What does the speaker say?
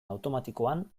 automatikoan